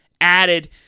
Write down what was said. added